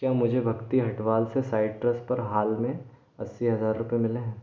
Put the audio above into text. क्या मुझे भक्ति हटवाल से साइट्रस पर हाल में अस्सी हज़ार रुपये मिले हैं